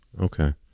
Okay